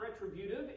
retributive